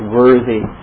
worthy